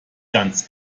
ganz